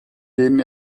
denen